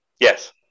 Yes